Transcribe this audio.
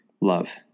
love